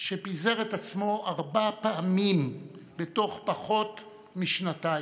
שפיזר את עצמו ארבע פעמים בתוך פחות משנתיים,